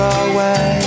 away